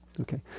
Okay